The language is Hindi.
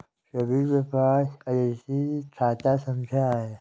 सभी के पास अद्वितीय खाता संख्या हैं